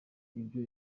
ibyo